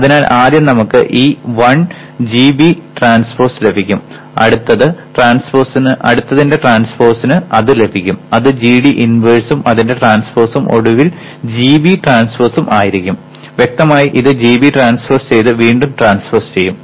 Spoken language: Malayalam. അതിനാൽ ആദ്യം നമുക്ക് ഈ 1 gB ട്രാൻസ്പോസ് ലഭിക്കും അടുത്തതിന്റെ ട്രാൻസ്പോസിന് അത് ലഭിക്കും അത് gD ഇൻവേഴ്സും അതിന്റെ ട്രാൻസ്പോസും ഒടുവിൽ gB ട്രാൻസ്പോസും ആയിരിക്കും വ്യക്തമായി ഇത് gB ട്രാൻസ്പോസ് ചെയ്ത് വീണ്ടും ട്രാൻസ്പോസ് ചെയ്യും